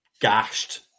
gashed